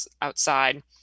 outside